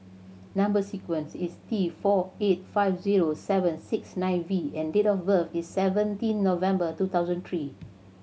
number sequence is T four eight five zero seven six nine V and date of birth is seventeen November two thousand three